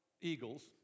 eagles